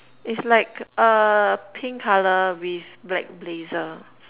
it's like err pink colour with black blazer